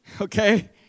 okay